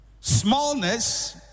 Smallness